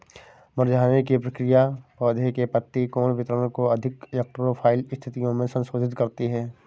मुरझाने की प्रक्रिया पौधे के पत्ती कोण वितरण को अधिक इलेक्ट्रो फाइल स्थितियो में संशोधित करती है